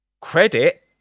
Credit